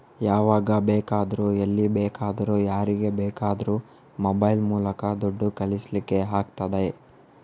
ಯಾವಾಗ ಬೇಕಾದ್ರೂ ಎಲ್ಲಿ ಬೇಕಾದ್ರೂ ಯಾರಿಗೆ ಬೇಕಾದ್ರೂ ಮೊಬೈಲ್ ಮೂಲಕ ದುಡ್ಡು ಕಳಿಸ್ಲಿಕ್ಕೆ ಆಗ್ತದೆ